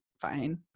fine